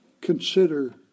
consider